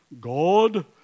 God